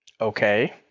Okay